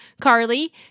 Carly